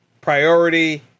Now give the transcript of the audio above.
priority